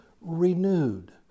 renewed